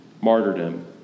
martyrdom